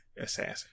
assassin